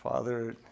Father